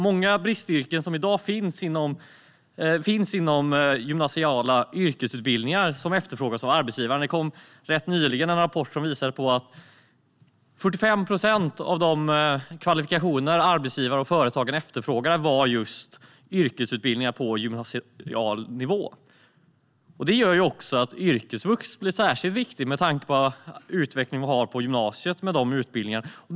Många bristyrken finns i dag inom områden där gymnasial yrkesutbildning efterfrågas av arbetsgivarna. Rätt nyligen kom en rapport som visade att 45 procent av de kvalifikationer som arbetsgivare och företag efterfrågade var just yrkesutbildningar på gymnasial nivå. Det gör också att yrkesvux blir särskilt viktigt med tanke på den utveckling vi har på gymnasiet och utbildningarna där.